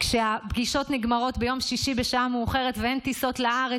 כשהפגישות נגמרות ביום שישי בשעה מאוחרת ואין טיסות לארץ,